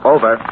Over